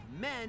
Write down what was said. men